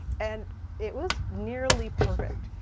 and it was nearly perfect.